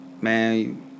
Man